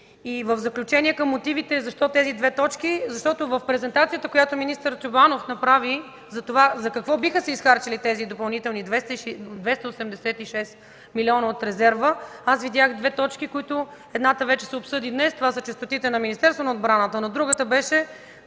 В заключение към мотивите – защо тези две точки? Защото в презентацията, която министър Чобанов направи – за какво биха се изхарчили тези допълнителни 286 милиона от резерва, аз видях две точки. Едната вече се обсъди днес – това са честотите на Министерството на отбраната, но другата беше